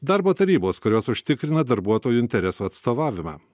darbo tarybos kurios užtikrina darbuotojų interesų atstovavimą